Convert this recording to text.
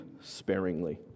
sparingly